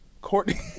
Courtney